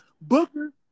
Booker